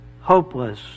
hopeless